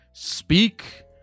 speak